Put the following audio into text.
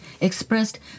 expressed